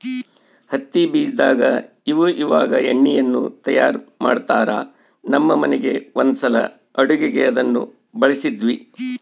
ಹತ್ತಿ ಬೀಜದಾಗ ಇವಇವಾಗ ಎಣ್ಣೆಯನ್ನು ತಯಾರ ಮಾಡ್ತರಾ, ನಮ್ಮ ಮನೆಗ ಒಂದ್ಸಲ ಅಡುಗೆಗೆ ಅದನ್ನ ಬಳಸಿದ್ವಿ